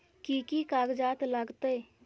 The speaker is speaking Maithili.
कि कि कागजात लागतै?